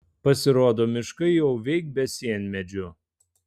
pasirodo miškai jau veik be sienmedžių